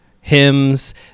hymns